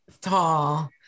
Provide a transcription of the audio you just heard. tall